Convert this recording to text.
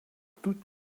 toutes